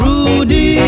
Rudy